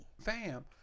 Fam